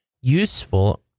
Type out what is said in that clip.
useful